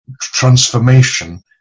transformation